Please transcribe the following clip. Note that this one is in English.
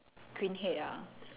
green head ah